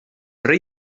rei